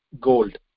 gold